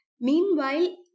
Meanwhile